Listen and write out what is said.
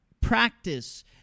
practice